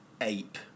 ape